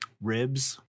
ribs